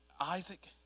Isaac